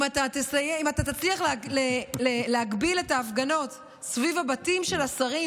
אם אתה תצליח להגביל את ההפגנות סביב הבתים של השרים,